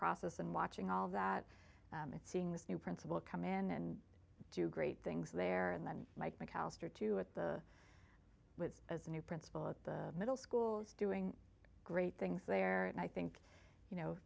process and watching all of that it seeing this new principal come in and do great things there and then mike mcallister too at the was as a new principal at the middle schools doing great things there and i think you know